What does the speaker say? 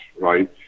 right